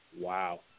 Wow